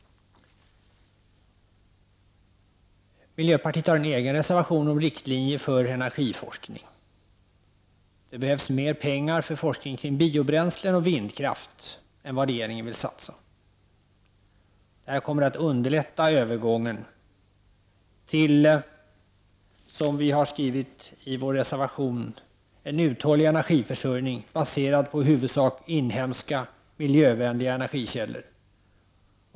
Miljöpartiet har en egen reservation om riktlinjer för energiforskning. Det behövs mer pengar för forskning kring biobränslen och vindkraft än vad regeringen föreslår. Det här kommer att underlätta övergången till, som vi skriver i vår reservation, en uthålligare energiförsörjning baserad på i huvudsak inhemska miljövänliga energikällor.